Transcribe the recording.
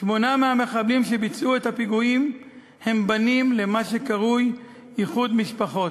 מהמחבלים שביצעו את הפיגועים הם בנים למה שקרוי איחוד משפחות.